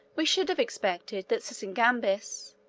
we should have expected that sysigambis,